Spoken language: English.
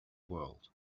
world